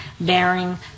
bearing